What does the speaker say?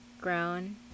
grown